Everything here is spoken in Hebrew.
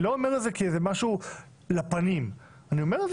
אני לא אומר את זה כאיזה משהו לפנים אלא אומר את